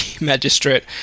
magistrate